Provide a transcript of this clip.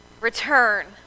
return